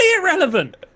irrelevant